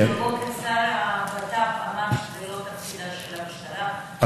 בבוקר השר לביטחון פנים אמר שזה לא תפקידה של המשטרה,